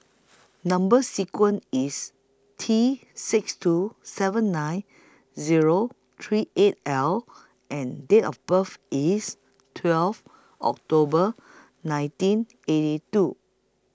Number sequence IS T six two seven nine Zero three eight L and Date of birth IS twelve October nineteen eighty two